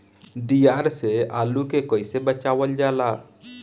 दियार से आलू के कइसे बचावल जाला?